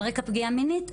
על רקע פגיעה מינית,